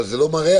אבל זה לא מרע,